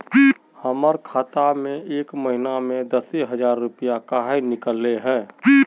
हमर खाता में एक महीना में दसे हजार रुपया काहे निकले है?